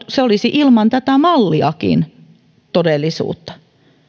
se olisi ilman tätä malliakin todellisuutta